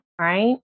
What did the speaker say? Right